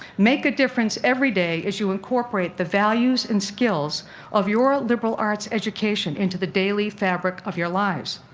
make a difference everyday as you incorporate the values and skills of your liberal arts education into the daily fabric of your lives.